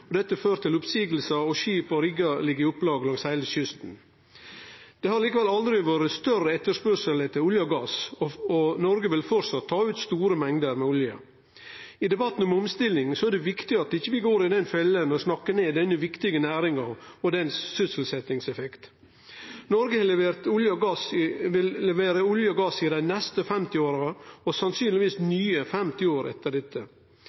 sjø. Dette har ført til oppseiingar, og skip og riggar ligg i opplag langs heile kysten. Det har likevel aldri vore større etterspurnad etter olje og gass, og Noreg vil framleis ta ut store mengder med olje. I debatten om omstilling er det viktig at vi ikkje går i den fella å snakke ned denne viktige næringa og sysselsetjingseffektane hennar. Noreg vil levere olje og gass i dei neste 50 åra og sannsynlegvis nye 50 år etter